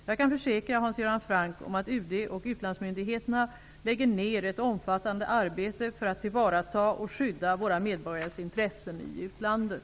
Jag kan försäkra Hans Göran Franck att UD och utlandsmyndigheterna lägger ner ett omfattande arbete för att tillvarata och skydda våra medborgares intressen i utlandet.